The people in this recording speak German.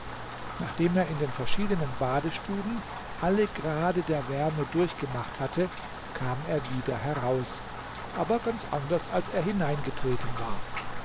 nachdem er in den verschiedenen badestuben alle grade der wärme durchgemacht hatte kam er wieder heraus aber ganz anders als er hineingetreten war